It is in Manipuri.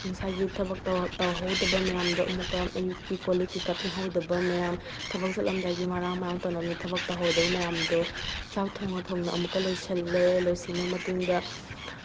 ꯉꯁꯥꯏꯒꯤ ꯊꯕꯛ ꯇꯧꯍꯧꯗꯕ ꯃꯌꯥꯝꯗꯣ ꯑꯃꯨꯛꯀ ꯑꯌꯨꯛꯀꯤ ꯀꯣꯜꯂꯤꯛ ꯀꯩꯀꯥ ꯐꯦꯡꯍꯧꯗꯕ ꯃꯌꯥꯝ ꯊꯕꯛ ꯆꯠꯂꯝꯗꯥꯏꯒꯤ ꯃꯔꯥꯡ ꯃꯔꯥꯡ ꯇꯧꯅꯕꯅꯦ ꯊꯕꯛ ꯇꯧꯍꯧꯗꯕ ꯃꯌꯥꯝꯗꯣ ꯆꯥꯛ ꯊꯣꯡꯅ ꯊꯣꯡꯅ ꯑꯃꯨꯛꯀ ꯂꯣꯏꯁꯤꯜꯂꯦ ꯂꯣꯏꯁꯤꯟꯕ ꯃꯇꯨꯡꯗ